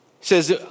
says